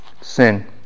Sin